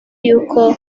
y’uko